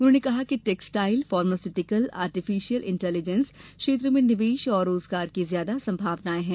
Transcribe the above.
उन्होंने कहा कि टेक्सटाईल फार्मास्युटिकल आर्टिफिशियल इन्टेलीजेंस क्षेत्र में निवेश और रोजगार की ज्यादा संभावनाए हैं